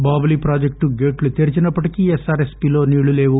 Babli project గేట్లు తెరిచినప్పటికీ ఎస్పారెస్పీలో నీళ్లు లేవు